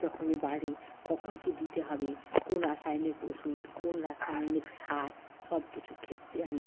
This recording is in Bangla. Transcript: যখনই বাড়ে কখন কী দিতে হবে কোন রাসায়নিক ওষুধ কোন রাসায়নিক সার সবকিছু ক্ষেত্রে আমি